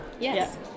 Yes